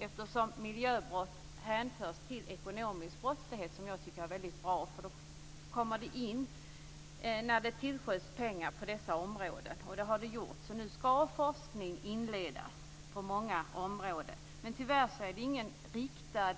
Eftersom miljöbrott hänförs till ekonomisk brottslighet, som jag tycker är mycket bra, kommer man in när det tillskjuts pengar på dessa områden, och det har gjorts så nu skall forskning inledas på många områden. Men tyvärr är det inte fråga om riktad